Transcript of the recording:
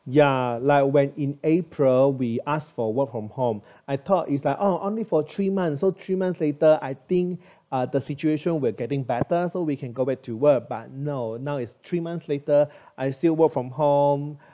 ya like when in april we asked for work from home I thought is like oh only for three months so three months later I think uh the situation will getting better so we can go back to work but no now is three months later I still work from home